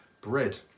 bread